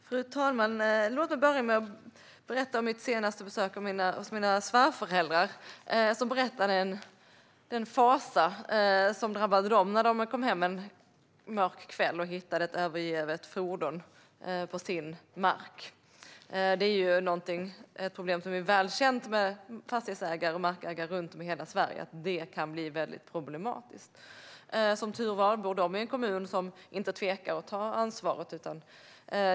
Fru talman! Vid mitt senaste besök hos mina svärföräldrar berättade de om den fasa som drabbade dem när de kom hem en mörk kväll och hittade ett övergivet fordon på sin mark. Detta är ett problem som är väl känt hos fastighetsägare och markägare runt om i hela Sverige. Det kan bli väldigt problematiskt. Som tur är bor mina svärföräldrar i en kommun som inte tvekar att ta ansvaret.